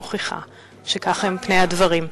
מוכיחה שכך הם פני הדברים.